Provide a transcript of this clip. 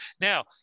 Now